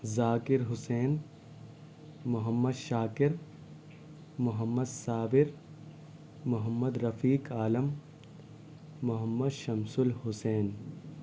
Zakir Hussain Mohammad Shakir Mohammad Sabir Mohammad Rafiq Alam Mohammad Shams الحسین